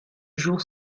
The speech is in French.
jour